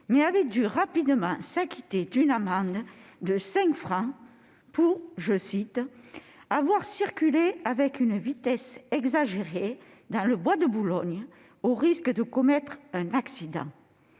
elle avait dû rapidement s'acquitter d'une amende de 5 francs pour « avoir circulé avec une vitesse exagérée dans le bois de Boulogne au risque de commettre un accident ».